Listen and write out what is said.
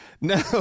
No